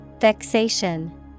Vexation